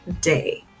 day